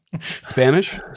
Spanish